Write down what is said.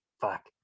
fuck